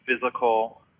physical